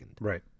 Right